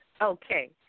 Okay